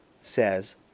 says